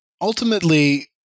ultimately